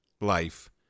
life